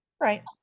Right